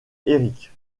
éric